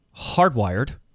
hardwired